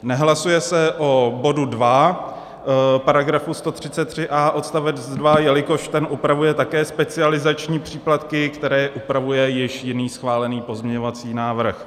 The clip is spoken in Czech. Nehlasuje se o bodu 2 § 133a odst. 2, jelikož ten upravuje také specializační příplatky, které upravuje již jiný schválený pozměňovací návrh.